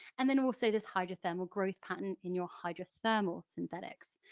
and then also this hydrothermal growth pattern in your hydrothermal synthetics.